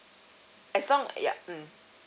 as long yup mm